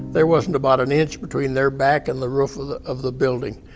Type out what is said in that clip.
there wasn't about an inch between their back and the roof of the of the building.